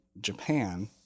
Japan